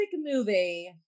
movie